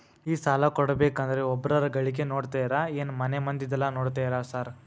ಈ ಸಾಲ ಕೊಡ್ಬೇಕಂದ್ರೆ ಒಬ್ರದ ಗಳಿಕೆ ನೋಡ್ತೇರಾ ಏನ್ ಮನೆ ಮಂದಿದೆಲ್ಲ ನೋಡ್ತೇರಾ ಸಾರ್?